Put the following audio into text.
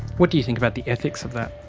what do you think about the ethics of that?